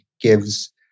gives